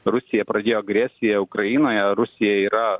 rusija pradėjo agresiją ukrainoje rusija yra